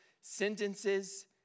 sentences